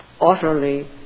Utterly